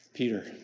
Peter